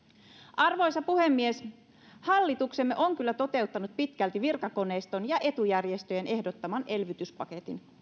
arvoisa puhemies hallituksemme on kyllä toteuttanut pitkälti virkakoneiston ja etujärjestöjen ehdottaman elvytyspaketin